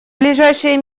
ближайшие